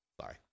Sorry